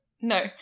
No